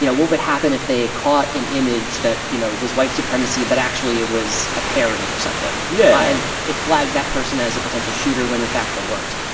you know what would happen if they caught an image that, you know, was white supremacy but actually it was a parody or something. yeah. and it flagged that person as a potential shooter when, in fact, they weren't?